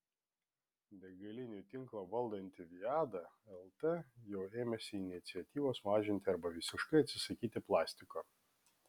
degalinių tinklą valdanti viada lt jau ėmėsi iniciatyvos mažinti arba visiškai atsisakyti plastiko